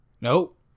Nope